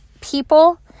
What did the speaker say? people